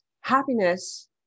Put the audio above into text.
Happiness